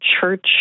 church